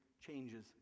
changes